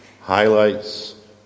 highlights